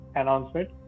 announcement